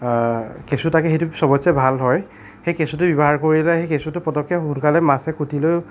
কেঁচু থাকে সেইটো সবতচে ভাল হয় সেই কেঁচুটো ব্যৱহাৰ কৰিলে সেই কেঁচুটো পটককৈ সোনকালে মাছে খুটিলেও